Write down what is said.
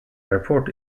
airport